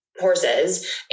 horses